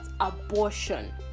abortion